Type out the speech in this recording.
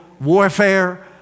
warfare